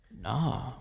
no